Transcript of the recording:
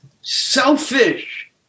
Selfish